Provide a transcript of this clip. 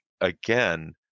again